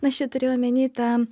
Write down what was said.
aš čia turiu omeny tą